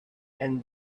and